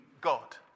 God